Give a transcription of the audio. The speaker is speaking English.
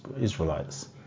Israelites